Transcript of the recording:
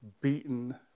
beaten